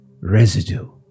residue